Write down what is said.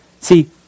See